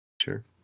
sure